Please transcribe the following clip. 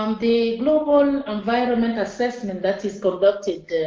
um the global environment assessment that is conducted